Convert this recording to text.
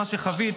מה שחווית,